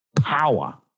power